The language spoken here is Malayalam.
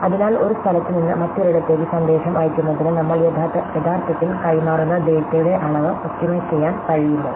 അതിനാൽ ഒരു സ്ഥലത്ത് നിന്ന് മറ്റൊരിടത്തേക്ക് സന്ദേശം അയയ്ക്കുന്നതിന് നമ്മൾ യഥാർത്ഥത്തിൽ കൈമാറുന്ന ഡാറ്റയുടെ അളവ് ഒപ്റ്റിമൈസ് ചെയ്യാൻ കഴിയുമോ